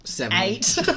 eight